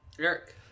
Eric